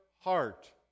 heart